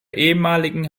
ehemaligen